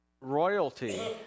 royalty